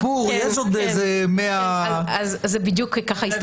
אמרו לנו: מה הסיפור?